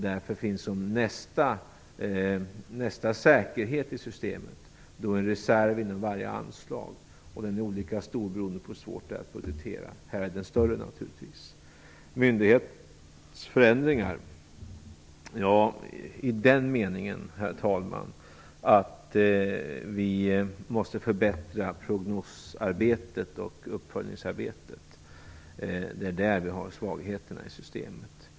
Därför finns som en säkerhet i systemet en reserv inom varje anslag, och den är olika stor beroende på hur svårt detta är att budgetera. När det gäller arbetsmarknadsutgifterna är den naturligtvis större. Herr talman! Det kommer att ske myndighetsförändringar i den meningen att vi måste förbättra prognosarbetet och uppföljningsarbetet. Det är där som svagheterna i systemet finns.